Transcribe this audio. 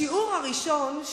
בשיעור הראשון,